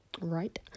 right